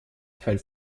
teil